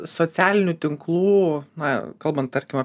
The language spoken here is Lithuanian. socialinių tinklų na kalbant tarkime